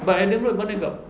but adam road mana got